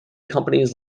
companies